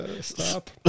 stop